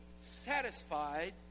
satisfied